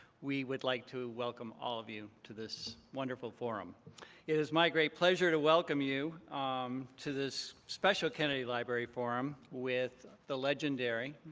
we would like to welcome all of you to this wonderful forum. it is my great pleasure to welcome you um to this special kennedy library forum, with the legendary,